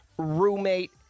Roommate